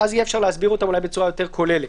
ואז אפשר יהיה להסביר אותם בצורה יותר כוללת.